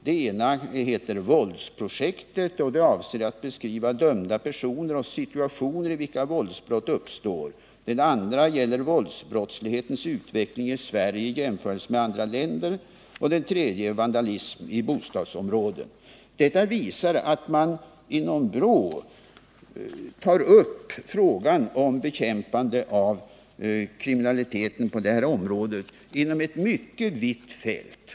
Det ena heter Våldsprojektet, och det avser att beskriva dömda personer och situationer i vilka våldsbrott uppstår. Det andra gäller våldsbrottslighetens utveckling i Sverige i jämförelse med andra länder. Det tredje gäller vandalism i bostadsområden. Detta visar att man inom BRÅ tar upp frågan om bekämpandet av kriminaliteten över ett mycket vidsträckt fält.